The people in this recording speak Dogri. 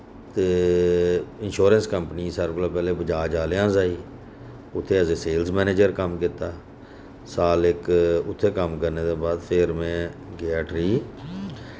ते इन्शोरेन्स कंपनी सारें कोला पैह्ले बजाज एलिअन्स उत्थै एस ए सेल्स मैनेजर कम्म कीत्ता साल इक उत्थै कम्म करने दे बाद फिर में गेआ उठी